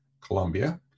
Colombia